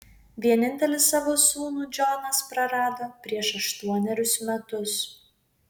vienintelį savo sūnų džonas prarado prieš aštuonerius metus